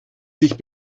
sich